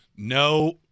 No